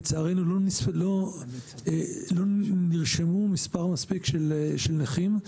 לצערנו, לא נרשמו מספר מספיק של נכים.